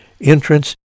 entrance